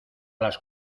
las